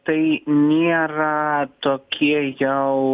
tai nėra tokie jau